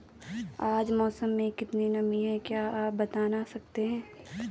आज मौसम में कितनी नमी है क्या आप बताना सकते हैं?